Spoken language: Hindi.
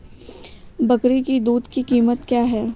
बकरी की दूध की कीमत क्या है?